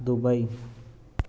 Dubai